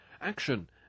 ACTION